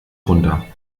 runter